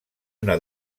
una